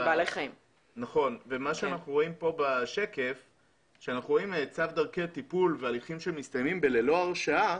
אנחנו רואים פה בשקף צו דרכי טיפול והליכים שמסתיימים ללא הרשעה,